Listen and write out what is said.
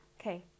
Okay